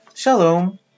Shalom